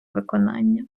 виконання